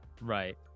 right